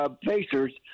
Pacers